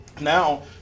now